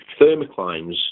thermoclines